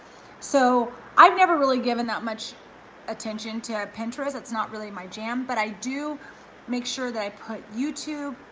so i've never really given that much attention to pinterest, that's not really my jam, but i do make sure that i put youtube